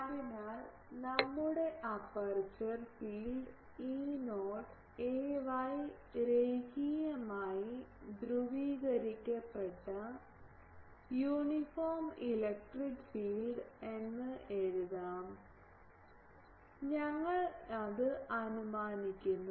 അതിനാൽ നമ്മുടെ aperture field E0 ay രേഖീയമായി ധ്രുവീകരിക്കപ്പെട്ട യൂണിഫോം ഇലക്ട്രിക് ഫീൽഡ് എന്ന് എഴുതാം ഞങ്ങൾ അത് അനുമാനിക്കുന്നു